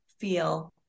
feel